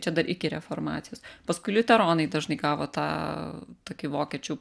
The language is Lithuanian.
čia dar iki reformacijos paskui liuteronai dažnai gavo tą tokį vokiečių